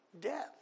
death